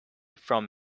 from